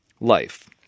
Life